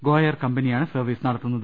go Air കമ്പനിയാണ് സർവ്വീസ് നടത്തുന്നത്